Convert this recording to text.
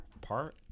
park